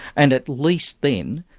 and at least then,